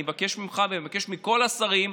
אני מבקש ממך ומבקש מכל השרים,